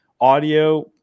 audio